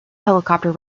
helicopter